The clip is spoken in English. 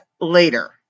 later